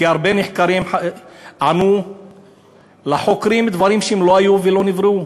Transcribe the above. כי הרבה נחקרים ענו לחוקרים דברים שלא היו ולא נבראו.